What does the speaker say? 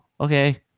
okay